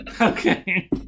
Okay